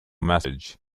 message